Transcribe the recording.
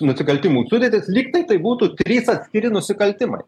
nusikaltimų sudėtis lygtai tai būtų trys atskiri nusikaltimai